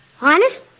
Honest